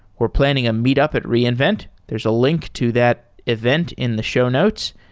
we're planning a meet up at reinvent. there's a link to that event in the show notes,